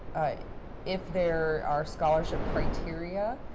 if there are scholarship criteria,